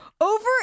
over